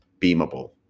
beamable